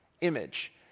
image